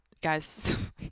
guys